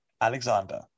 Alexander